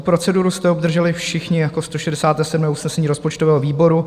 Proceduru jste obdrželi všichni jako 167. usnesení rozpočtového výboru.